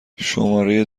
شماره